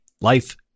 life